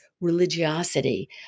religiosity